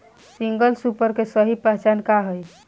Single super के सही पहचान का हई?